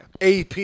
AP